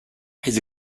his